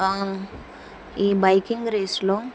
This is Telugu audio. ఈ బైకింగ్ రేస్లో